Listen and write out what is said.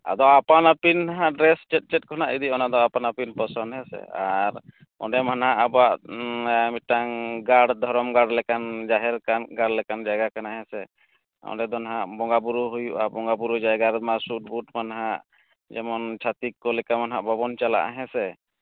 ᱟᱫᱚ ᱟᱯᱟᱱ ᱟᱹᱯᱤᱱ ᱱᱟᱦᱟᱜ ᱰᱨᱮᱥ ᱪᱮᱫ ᱪᱮᱫ ᱠᱚ ᱱᱟᱦᱟᱜ ᱤᱫᱤᱜᱼᱟ ᱚᱱᱟ ᱫᱚ ᱟᱯᱟᱱ ᱟᱹᱯᱤᱱ ᱯᱚᱥᱚᱸᱫ ᱦᱮᱸ ᱥᱮ ᱟᱨ ᱚᱸᱰᱮᱢᱟ ᱱᱟᱦᱟᱜ ᱟᱵᱚᱣᱟᱜ ᱢᱤᱫᱴᱟᱱ ᱜᱟᱲ ᱫᱷᱚᱨᱚᱢ ᱜᱟᱲ ᱞᱮᱠᱟᱱ ᱡᱟᱦᱮᱨ ᱜᱟᱲ ᱞᱮᱠᱟᱱ ᱡᱟᱭᱜᱟ ᱠᱟᱱᱟ ᱦᱮᱸ ᱥᱮ ᱚᱸᱰᱮ ᱫᱚ ᱱᱟᱦᱟᱜ ᱵᱚᱸᱜᱟᱼᱵᱩᱨᱩ ᱦᱩᱭᱩᱜᱼᱟ ᱵᱚᱸᱜᱟᱼᱵᱩᱨᱩ ᱡᱟᱭᱜᱟ ᱨᱮᱢᱟ ᱥᱩᱴᱼᱵᱩᱴᱢᱟ ᱱᱟᱦᱟᱜ ᱡᱮᱢᱚᱱ ᱪᱷᱟᱹᱛᱤᱠ ᱠᱚ ᱞᱮᱠᱟᱢᱟ ᱱᱟᱦᱟᱜ ᱵᱟᱵᱚᱱ ᱪᱟᱞᱟᱜᱼᱟ ᱦᱮᱸ ᱥᱮ